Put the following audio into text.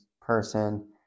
person